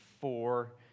four